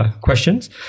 Questions